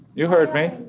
you heard me